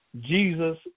Jesus